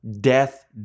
Death